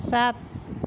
सात